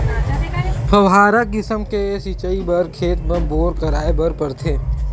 फव्हारा किसम के सिचई बर खेत म बोर कराए बर परथे